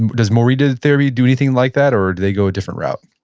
and does morita therapy do anything like that? or do they go a different route?